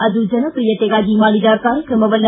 ಅದು ಜನಪ್ರಿಯತೆಗಾಗಿ ಮಾಡಿದ ಕಾರ್ಯಕ್ರಮವಲ್ಲ